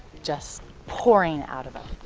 just pouring out of us.